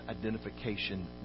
identification